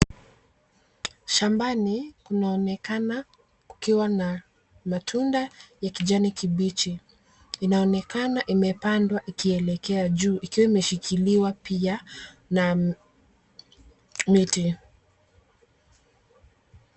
Shambani kunaonekana kukiwa na matunda ya kijani kibichi. Inaonekana imepandwa ikielekea juu ikiwa imeshikiliwa pia na miti.